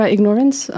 Ignorance